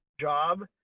job